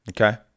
Okay